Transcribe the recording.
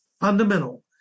fundamental